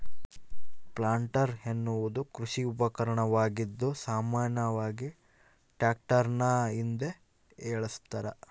planter ಎನ್ನುವುದು ಕೃಷಿ ಉಪಕರಣವಾಗಿದ್ದು ಸಾಮಾನ್ಯವಾಗಿ ಟ್ರಾಕ್ಟರ್ನ ಹಿಂದೆ ಏಳಸ್ತರ